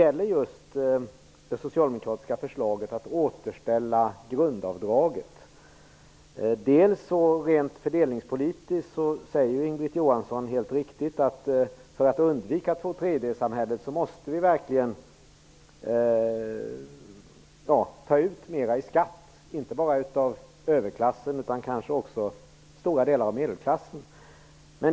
Frågan avser det socialdemokratiska förslaget att återställa grundavdraget. När det gäller fördelningspolitiska aspekter säger Inga-Britt Johansson helt riktigt att för att undvika tvåtredjedelssamhället måste vi verkligen ta ut mera i skatt, inte bara av överklassen utan kanske också av stora delar av medelklassen.